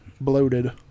bloated